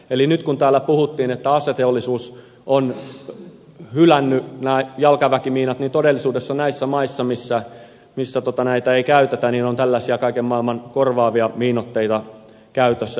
eli nyt kun täällä puhuttiin että aseteollisuus on hylännyt nämä jalkaväkimiinat niin todellisuudessa näissä maissa missä näitä ei käytetä on tällaisia kaiken maailman korvaavia miinoitteita käytössä yhä edelleen